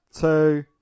Two